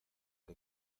que